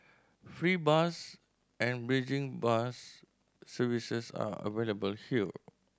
free bus and bridging bus services are available here